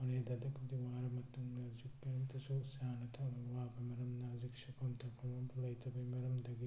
ꯃꯣꯔꯦꯗ ꯑꯗꯨꯛꯀꯤ ꯃꯇꯤꯛ ꯋꯥꯔ ꯃꯇꯨꯡꯗ ꯍꯧꯖꯤꯛ ꯀꯔꯤꯝꯇꯁꯨ ꯆꯥꯅ ꯊꯛꯅꯕ ꯋꯥꯕ ꯃꯔꯝꯅ ꯍꯧꯖꯤꯛ ꯁꯨꯐꯝ ꯇꯧꯐꯝ ꯑꯃꯇ ꯂꯩꯇꯕꯒꯤ ꯃꯔꯝꯗꯒꯤ